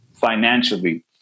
financially